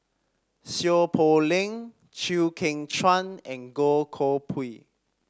Seow Poh Leng Chew Kheng Chuan and Goh Koh Pui